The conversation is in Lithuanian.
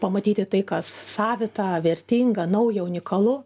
pamatyti tai kas savita vertinga nauja unikalu